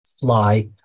fly